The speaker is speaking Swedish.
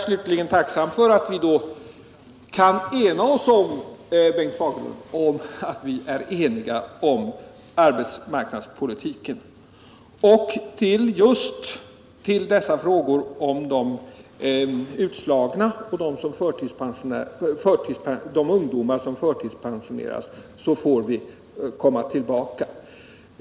Slutligen, Bengt Fagerlund, är jag tacksam för att vi är eniga om arbetsmarknadspolitiken. Till frågan om de utslagna och dem som förtidspensioneras får vi komma tillbaka.